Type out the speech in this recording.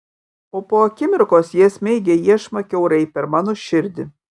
o po akimirkos jie smeigia iešmą kiaurai per mano širdį